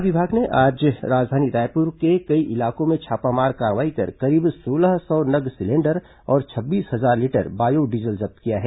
खाद्य विभाग ने आज राजधानी रायपुर के कई इलाकों में छापामार कार्रवाई कर करीब सोलह सौ नग सिलेंडर और छब्बीस हजार लीटर बायो डीजल जब्त किया है